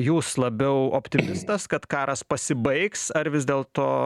jūs labiau optimistas kad karas pasibaigs ar vis dėlto